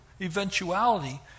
eventuality